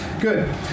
Good